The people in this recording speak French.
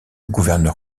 gouverneur